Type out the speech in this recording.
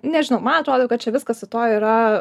nežinau man atrodo kad čia viskas su tuo yra